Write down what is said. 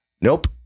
Nope